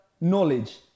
knowledge